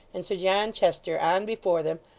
and sir john chester on before them,